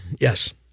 Yes